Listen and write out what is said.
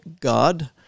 God